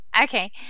Okay